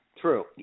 True